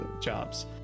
jobs